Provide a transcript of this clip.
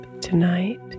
tonight